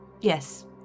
Yes